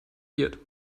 beard